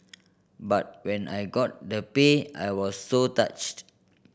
but when I got the pay I was so touched